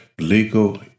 Legal